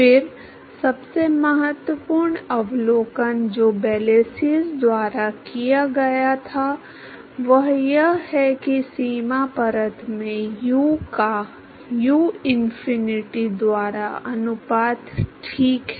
फिर सबसे महत्वपूर्ण अवलोकन जो ब्लैसियस द्वारा किया गया था वह यह है कि सीमा परत में यू का यूफिनिटी द्वारा अनुपात ठीक है